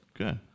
Okay